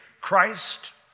Christ